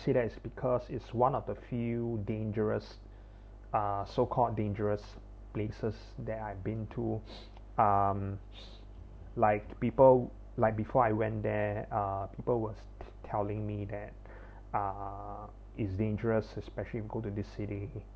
say that is because it's one of the few dangerous uh so called dangerous places that I've been to um liked people like before I went there uh people was telling me that uh is dangerous especially you go to the city